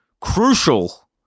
crucial